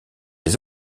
les